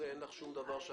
אין לך שום דבר?